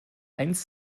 einst